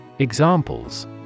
Examples